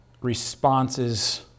responses